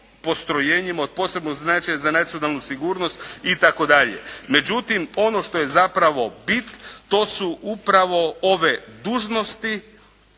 postrojenjima od posebnog značaja za nacionalnu sigurnost itd. Međutim, ono što je zapravo bit to su upravo ove dužnosti